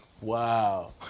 Wow